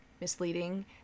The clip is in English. misleading